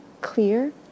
clear